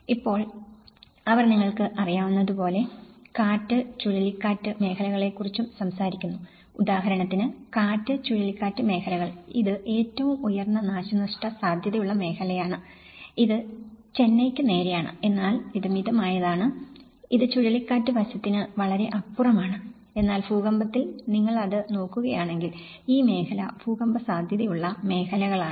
ഇപ്പോൾ അവർ നിങ്ങൾക്ക് അറിയാവുന്നപോലെ കാറ്റ് ചുഴലിക്കാറ്റ് മേഖലകളെക്കുറിച്ചും സംസാരിക്കുന്നു ഉദാഹരണത്തിന് കാറ്റ് ചുഴലിക്കാറ്റ് മേഖലകൾ ഇത് ഏറ്റവും ഉയർന്ന നാശനഷ്ട സാധ്യതയുള്ള മേഖലയാണ് ഇത് ചെന്നൈയ്ക്ക് നേരെയാണ് എന്നാൽ ഇത് മിതമായതാണ് ഇത് ചുഴലിക്കാറ്റ് വശത്തിന് വളരെ അപ്പുറമാണ് എന്നാൽ ഭൂകമ്പത്തിൽ നിങ്ങൾ അത് നോക്കുകയാണെങ്കിൽ ഈ മേഖല ഭൂകമ്പ സാധ്യതയുള്ള മേഖലകളാണ്